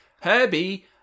herbie